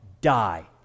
Die